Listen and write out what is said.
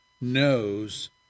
knows